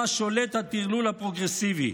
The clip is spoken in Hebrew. שבה שולט הטרלול הפרוגרסיבי.